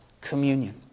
communion